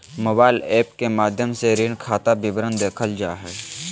mobile app के माध्यम से ऋण खाता विवरण देखल जा हय